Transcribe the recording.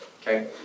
okay